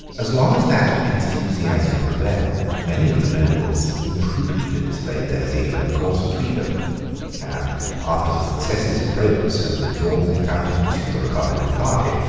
as long as that enthusiasm prevailed, many of the nobles imprudently displayed their zeal in the cause of freedom and after the successes of probus had withdrawn their countenance from the republican party,